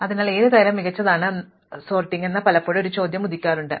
അതിനാൽ ഏത് തരം മികച്ചതാണെന്ന് പലപ്പോഴും ഒരു ചോദ്യം ചോദിക്കാറുണ്ട്